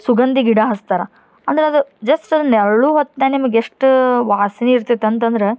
ಸುಗಂಧಿ ಗಿಡ ಹಚ್ತಾರೆ ಅಂದ್ರೆ ಅದು ಜಸ್ಟ್ ಅದರ ನೆರಳು ಹತ್ತ ನಿಮಗೆ ಎಷ್ಟು ವಾಸನೆ ಇರ್ತೈತೆ ಅಂತಂದ್ರೆ